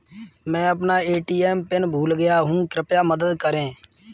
मैं अपना ATM pin भूल गया हूँ, कृपया मदद करें